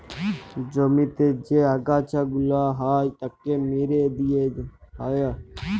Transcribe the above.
জমিতে যে আগাছা গুলা হ্যয় তাকে মেরে দিয়ে হ্য়য়